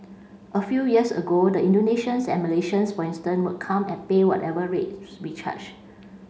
a few years ago the Indonesians and Malaysians for instance would come and pay whatever rates we charged